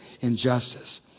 injustice